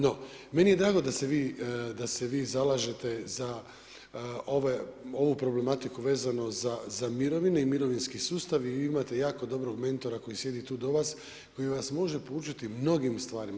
No, meni je drago da se vi zalažete za ovu problematiku vezano za mirovine i mirovinski sustav i imate jako dobrog mentora koji sjedi tu do vas, koji vas može poučiti mnogim stvarima.